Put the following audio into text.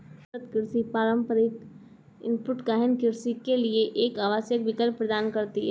सतत कृषि पारंपरिक इनपुट गहन कृषि के लिए एक आवश्यक विकल्प प्रदान करती है